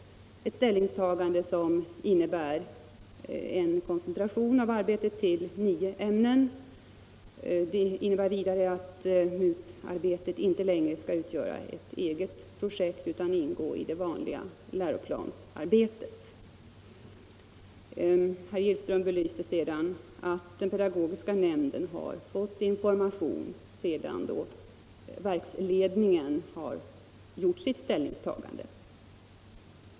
Detta ställningstagande innebär en koncentration av arbetet till nio ämnen och vidare att MUT arbetet inte längre skall utgöra ett eget projekt utan ingå i det vanliga läroplansarbetet. Herr Gillström påpekade nyss att den pedagogiska nämnden har fått information sedan verksledningen gjort sitt ställningstagande.